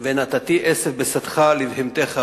"ונתתי עשב בשדך לבהמתך,